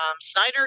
Snyder